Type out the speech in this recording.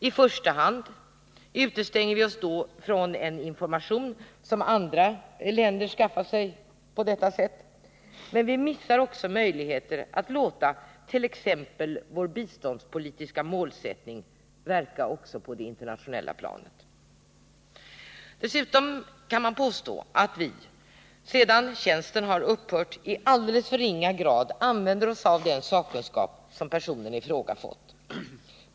I första hand utestänger vi oss då från information som andra länder på detta sätt skaffar sig. Men vi missar också möjligheter att t.ex. låta vår biståndspolitiska målsättning verka också på det internationella planet. Dessutom kan man påstå att vi sedan tjänsten har upphört i alldeles för ringa grad använder oss av den sakkunskap som personen i fråga fått.